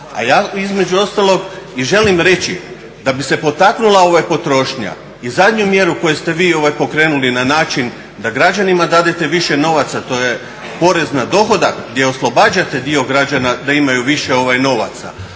A ja između ostalog i želim reći da bi se potaknula potrošnja i zadnju mjeru koju ste vi pokrenuli na način da građanima dadete više novaca, to je porez na dohodak gdje oslobađate dio građana da imaju više novaca